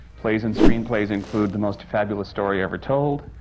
plays and screenplays include the most fabulous story ever told,